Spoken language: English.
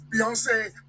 Beyonce